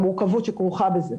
את המורכבות שכרוכה בזה,